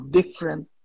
different